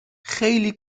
خیلی